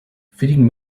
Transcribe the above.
feeding